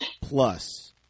Plus